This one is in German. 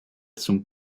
zum